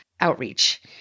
outreach